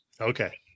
Okay